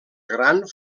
gran